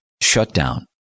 shutdown